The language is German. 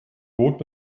bot